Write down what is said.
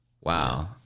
Wow